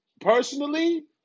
Personally